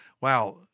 Wow